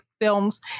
films